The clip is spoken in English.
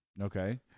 Okay